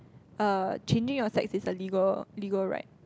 uh changing your sex is a legal legal right